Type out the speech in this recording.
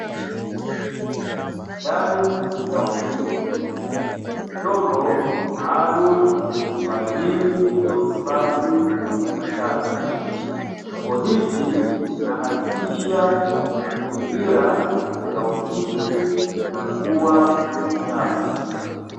Ndani ya ofisi, chombo maalumu kwa ajili ya utupaji wa taka taka. Chombo hiki kinahakikisha mazingira ya ofisi yanakua safi.